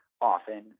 often